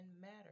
matter